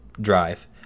drive